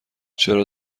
چرا